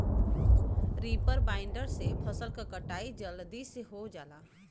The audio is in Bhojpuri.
रीपर बाइंडर से फसल क कटाई जलदी से हो जाला